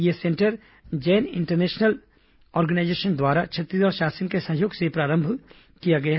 यह centre Jain international trade organisation द्वारा छत्तीसगढ़ शासन के सहयोग से प्रारंभ किया गया है